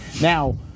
Now –